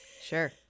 Sure